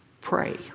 pray